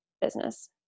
business